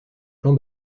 plan